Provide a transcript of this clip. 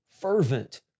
fervent